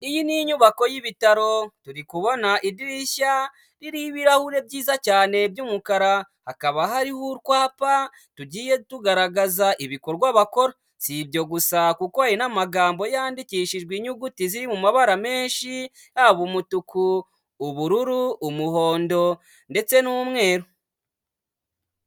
Iyi ni inyubako y'ibitaro turi kubona idirishya ririho ibirahure byiza cyane by'umukara, hakaba hariho utwapa tugiye tugaragaza ibikorwa bakora, si ibyo gusa kuko hari n'amagambo yandikishijwe inyuguti ziri mu mabara menshi, haba umutuku, ubururu, umuhondo ndetse n'umweru.